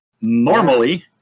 normally